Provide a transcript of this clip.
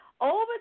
Over